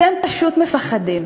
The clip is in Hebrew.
אתם פשוט מפחדים.